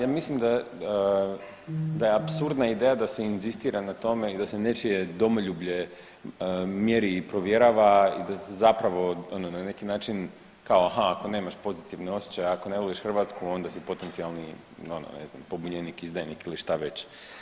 Ja, ja mislim da je apsurdna ideja da se inzistira na tome i da se nečije domoljublje mjeri i provjerava i da se zapravo ono neki način kao aha ako nemaš pozitivne osjećaje, ako ne voliš Hrvatsku onda si potencijalni ono ne znam pobunjenik, izdajnik ili šta već.